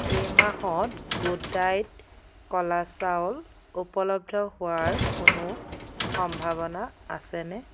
এই মাহত good diet কলা চাউল উপলব্ধ হোৱাৰ কোনো সম্ভাৱনা আছেনে